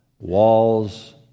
walls